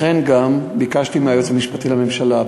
לכן גם ביקשתי מהיועץ המשפטי לממשלה,